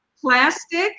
plastic